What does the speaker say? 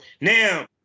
now